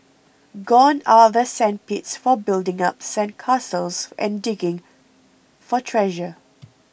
gone are the sand pits for building up sand castles and digging for treasure